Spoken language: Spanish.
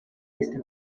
este